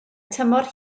tymor